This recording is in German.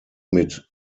mit